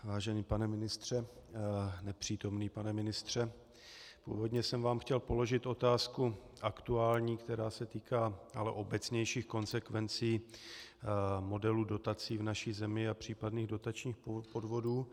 Vážený pane ministře, nepřítomný pane ministře, původně jsem vám chtěl položit otázku aktuální, která se týká obecnějších konsekvencí modelu dotací v naší zemi a případných dotačních podvodů.